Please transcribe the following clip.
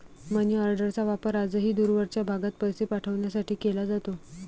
मनीऑर्डरचा वापर आजही दूरवरच्या भागात पैसे पाठवण्यासाठी केला जातो